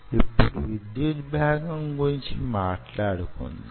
ఇప్పుడు విద్యుత్ భాగం గురించి మాట్లాడుకుందాం